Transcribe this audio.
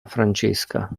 francesca